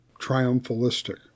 triumphalistic